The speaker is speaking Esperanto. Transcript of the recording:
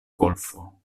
golfo